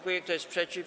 Kto jest przeciw?